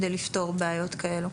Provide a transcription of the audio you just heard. כדי לפתור בעיות כאלה.